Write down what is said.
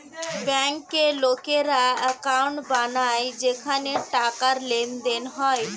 ব্যাংকে লোকেরা অ্যাকাউন্ট বানায় যেখানে টাকার লেনদেন হয়